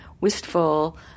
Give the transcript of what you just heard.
wistful